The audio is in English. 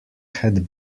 had